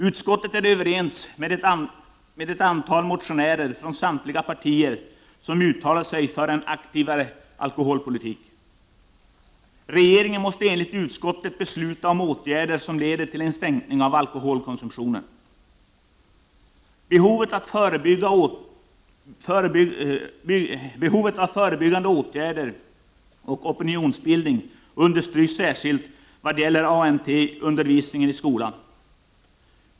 Utskottet är överens med ett antal motionärer från samtliga partier som uttalar sig för en aktivare alkoholpolitik. Regeringen måste enligt utskottet besluta om åtgärder som leder till en sänkning av alkoholkonsumtionen. Be 43 hovet av förebyggande åtgärder och opinionsbildning understryks särskilt vad gäller ANT-undervisningen i skolan.